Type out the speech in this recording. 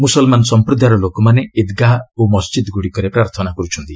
ମୁସଲମାନ ସମ୍ପ୍ରଦାୟର ଲୋକମାନେ ଇଦ୍ଘା ଓ ମସ୍ଜିଦ୍ ଗୁଡ଼ିକରେ ପ୍ରାର୍ଥନା କରୁଛନ୍ତି